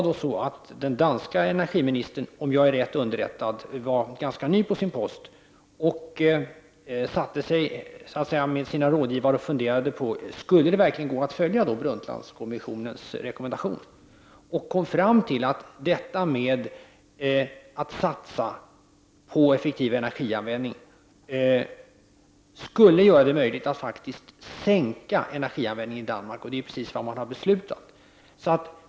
Då den danska energiministern var ganska ny på sin post satte han sig, om jag är riktigt underrättad, med sina rådgivare och funderade på om det verkligen skulle kunna gå att följa Brundtlandkommissionens rekommendationer. Man kom fram till att detta med att satsa på effektiv energianvändning skulle göra det möjligt att faktiskt sänka energianvändningen i Danmark. Detta är precis vad man har beslutat.